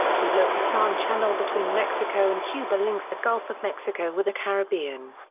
the yucatan channel between mexico and cuba links the gulf of mexico with the caribbean.